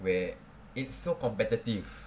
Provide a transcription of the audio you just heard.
where it's so competitive